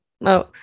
no